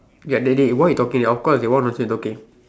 ya that day what you talking of course they want to said okay